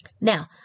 Now